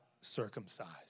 circumcised